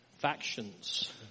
Factions